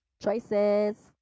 choices